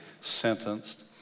sentenced